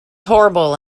horrible